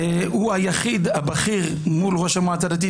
הוא היחיד הבכיר מול ראש המועצה הדתית,